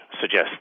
suggest